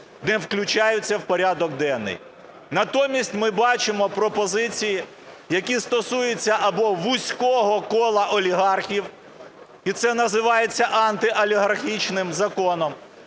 не включаються в порядок денний. Натомість ми бачимо пропозиції, які стосуються або вузького кола олігархів, і це називається антиолігархічним законом,